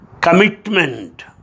commitment